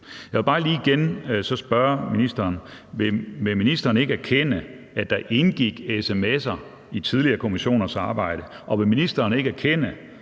Jeg vil bare lige spørge ministeren igen: Vil ministeren ikke erkende, at der indgik sms'er i tidligere kommissioners arbejde? Og vil ministeren ikke tilkendegive